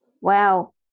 Wow